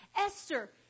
Esther